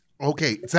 Okay